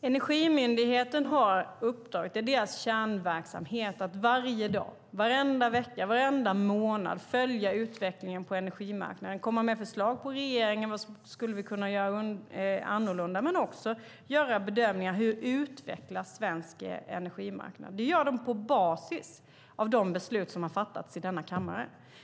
Herr talman! Energimyndigheten har uppdraget, det är deras kärnverksamhet, att varje dag, varenda vecka, varenda månad följa utvecklingen på energimarknaden, komma med förslag till regeringen om vad vi skulle kunna göra annorlunda men också göra bedömningar hur svensk energimarknad utvecklas. Det gör den på basis av de beslut som fattats i denna kammare.